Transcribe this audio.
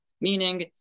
meaning